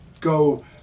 go